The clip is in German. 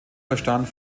verstand